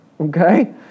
Okay